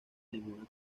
ninguna